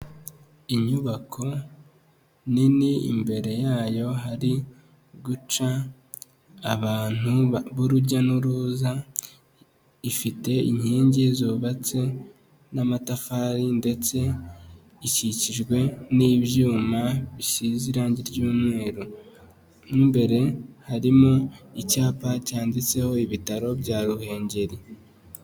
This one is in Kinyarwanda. Inyubako nini, imbere yayo hari guca abantu b'urujya n'uruza, ifite inkingi zubatse n'amatafari ndetse ikikijwe n'ibyuma bisize irangi ry'umweru. Mo imbere harimo icyapa cyanditseho ibitaro bya Ruhengeri.